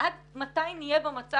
עד מתי נהיה במצב,